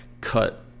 cut